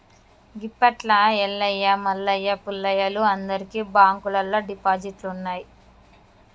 గిప్పట్ల ఎల్లయ్య మల్లయ్య పుల్లయ్యలు అందరికి బాంకుల్లల్ల డిపాజిట్లున్నయ్